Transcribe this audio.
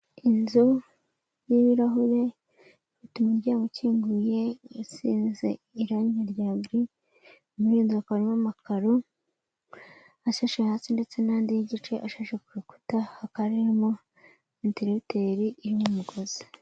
Inzu y'ibirahure ifite umuryango ukinguye isize irangi rya giri, muri iyo nzu hakaba harimo amakaro ashashe hasi ndetse n'andi y'igice ashashe ku rukuta hakamo interite y'umugozi.